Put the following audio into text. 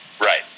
Right